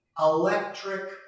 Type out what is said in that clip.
electric